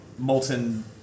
Molten